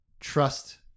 trust